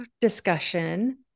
discussion